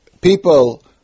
people